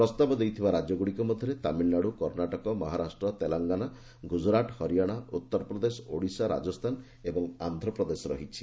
ପ୍ରସ୍ତାବ ଦେଇଥିବା ରାଜ୍ୟଗୁଡ଼ିକ ମଧ୍ୟରେ ତାମିଲ୍ନାଡ଼ୁ କର୍ଷାଟକ ମହାରାଷ୍ଟ୍ର ତେଲଙ୍ଗାନା ଗୁକୁରାଟ୍ ହରିୟାଣା ଉତ୍ତରପ୍ରଦେଶ ଓଡ଼ିଶା ରାଜସ୍ଥାନ ଏବଂ ଆନ୍ଧ୍ରପ୍ରଦେଶ ରହିଛି